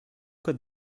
côte